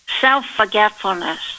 Self-forgetfulness